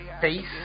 face